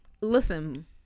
Listen